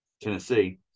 Tennessee